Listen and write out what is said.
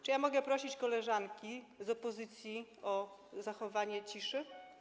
Czy ja mogę prosić koleżanki z opozycji o zachowanie ciszy?